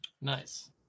Nice